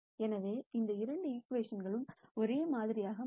எனவே இந்த இரண்டு ஈகிவேஷன் களும் ஒரே மாதிரியாக மாறும்